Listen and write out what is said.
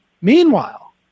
Meanwhile